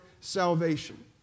salvation